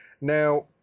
Now